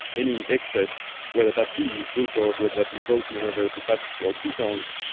any excess, whether that be glucose, whether that be protein, whether that be fat or ketones,